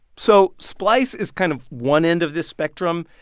so splice is kind of one end of this spectrum.